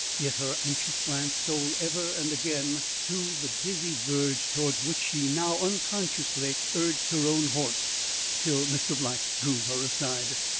yet her anxious glance stole ever and again to the dizzy verge towards which she now unconsciously urged her own horse till mr. black drew her aside.